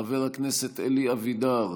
חבר הכנסת אלי אבידר,